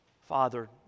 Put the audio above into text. Father